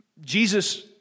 Jesus